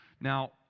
Now